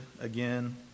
again